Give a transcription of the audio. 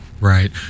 right